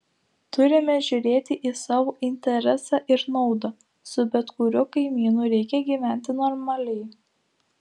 turime žiūrėti į savo interesą ir naudą su bet kuriuo kaimynu reikia gyventi normaliai